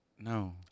No